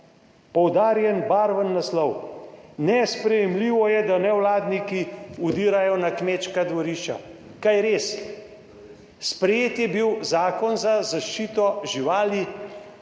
Poudarjen barven naslov: "Nesprejemljivo je, da nevladniki vdirajo na kmečka dvorišča". Kaj res? Sprejet je bil zakon za zaščito živali,